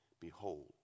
Behold